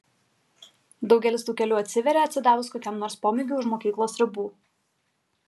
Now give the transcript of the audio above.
daugelis tų kelių atsiveria atsidavus kokiam nors pomėgiui už mokyklos ribų